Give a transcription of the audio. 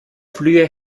fluye